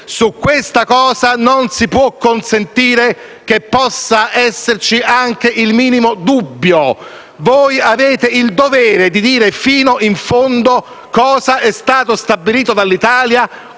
su questa cosa non si può consentire che possa esserci anche il minimo dubbio. Voi avete il dovere di dire fino in fondo cosa è stato stabilito dall'Italia,